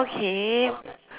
okay